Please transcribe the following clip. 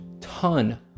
ton